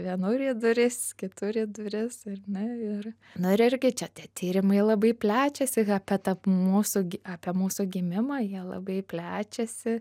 vienur į duris kitur į duris ir na ir na ir irgi čia tie tyrimai labai plečiasi apie tą mūsų gi apie mūsų gimimą jie labai plečiasi